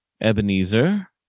Ebenezer